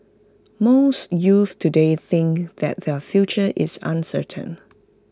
most youths today think that their future is uncertain